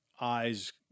eyes